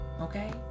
okay